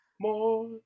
more